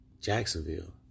Jacksonville